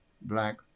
black